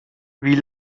wie